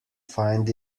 find